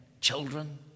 children